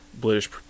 British